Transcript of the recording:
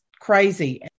crazy